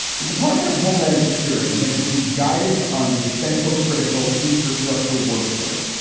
the department of homeland security has issued guidance on the essential critical infrastructure workforce.